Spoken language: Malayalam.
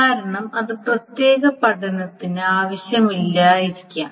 കാരണം അത് പ്രത്യേക പഠനത്തിന് ആവശ്യമില്ലായിരിക്കാം